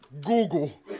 Google